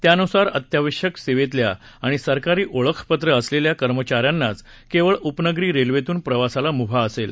त्यानुसार अत्यावश्यक सेवेतल्या आणि सरकारी ओळखपत्र असलेल्या कर्मचाऱ्यांनाच केवळ उपनगरी रेल्वेतून प्रवासाला मुभा असेल